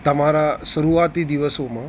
તમારા શરુઆતી દિવસોમાં